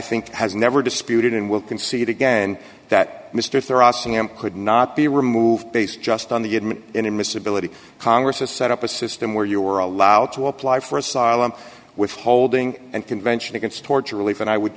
think has never disputed and will concede again that mr could not be removed based just on the inadmissibility congress has set up a system where you are allowed to apply for asylum withholding and convention against torture relief and i would